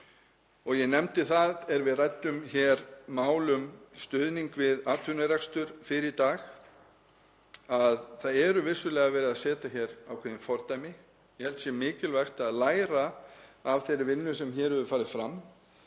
Ég nefndi það, er við ræddum mál um stuðning við atvinnurekstur fyrr í dag, að vissulega sé verið að setja hér ákveðin fordæmi og ég held að mikilvægt sé að læra af þeirri vinnu sem hér hefur farið fram.